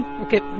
okay